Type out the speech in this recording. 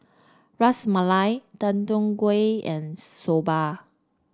Ras Malai Deodeok Gui and Soba